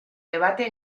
debate